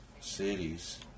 cities